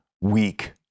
weak